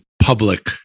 public